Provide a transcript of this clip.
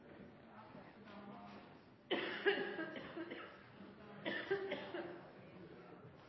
må være en